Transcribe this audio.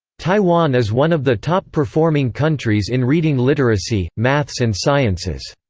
taiwan is one of the top-performing countries in reading literacy, maths and sciences.